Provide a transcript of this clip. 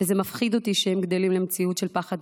וזה מפחיד אותי שהם גדלים למציאות של פחד ומאבק,